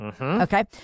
Okay